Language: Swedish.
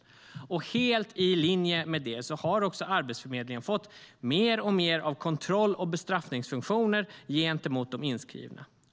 Helt i linje med det har också Arbetsförmedlingen fått mer och mer av kontroll och bestraffningsfunktioner gentemot de inskrivna.